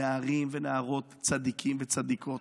נערים ונערות צדיקים וצדיקות,